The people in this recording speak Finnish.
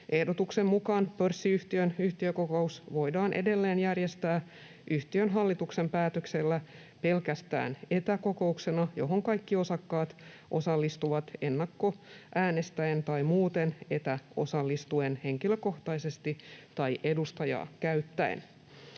Ehdotuksen mukaan pörssiyhtiön yhtiökokous voidaan edelleen järjestää yhtiön hallituksen päätöksellä pelkästään etäkokouksena, johon kaikki osakkaat osallistuvat ennakkoäänestäen tai muuten etäosallistuen henkilökohtaisesti tai edustajaa käyttäen.